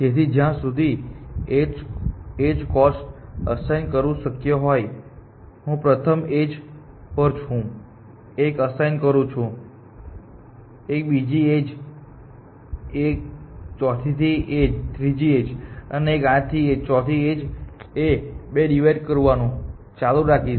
તેથી જ્યાં સુધી એજ કોસ્ટ અસાઈન કરવું શક્ય હોય હું પ્રથમ એજ પર 1 અસાઈન કરું છું 12 થી બીજી એજ 14 થી ત્રીજી એજ 18 થી ચોથી એજ અને 2 ડિવાઇડ કરવાનું ચાલુ રાખીશ